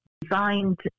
designed